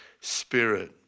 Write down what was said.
spirit